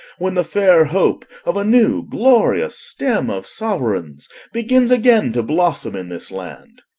when the fair hope of a new, glorious stem of sovereigns begins again to blossom in this land?